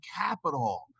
capital